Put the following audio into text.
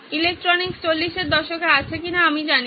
electronics 40 এর দশকে আছে কিনা আমি জানি না